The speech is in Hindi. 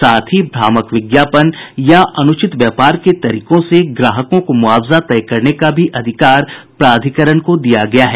साथ ही भ्रामक विज्ञापन या अनुचित व्यापार के तरीकों से ग्राहकों को मुआवजा तय करने का भी अधिकार प्राधिकरण को दिया गया है